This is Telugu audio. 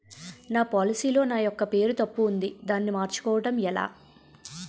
నా పోలసీ లో నా యెక్క పేరు తప్పు ఉంది దానిని మార్చు కోవటం ఎలా?